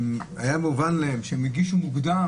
היה מובן להם שהם יגישו את הבקשה מוקדם,